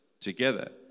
together